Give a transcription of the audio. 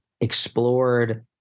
explored